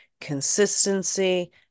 consistency